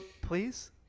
please